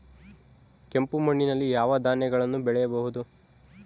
ಕೆಂಪು ಮಣ್ಣಲ್ಲಿ ಯಾವ ಧಾನ್ಯಗಳನ್ನು ಬೆಳೆಯಬಹುದು?